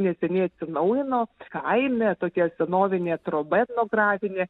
neseniai atsinaujino kaime tokia senovinė troba etnografinė